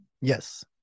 Yes